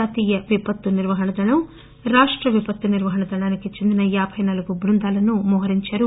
జాతీయ విపత్తు నిర్వహణ దళం రాష్ట విపత్తు నిర్వహణ దళానికి చెందిన యాభై నాలుగు బృందాలను మొహరించారు